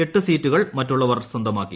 എട്ട് സീറ്റുകൾ മറ്റുള്ളവർ സ്വന്തമാക്കി